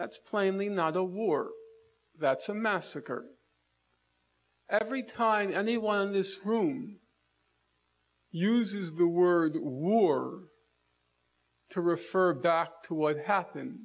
that's plainly not a war that's a massacre every time anyone in this room uses the word war to refer back to what happened